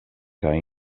kaj